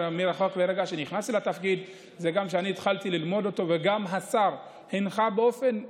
מרגע שנכנסתי לתפקיד גם אני התחלתי ללמוד אותו וגם השר הנחה באופן אישי.